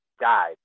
died